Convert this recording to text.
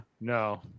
No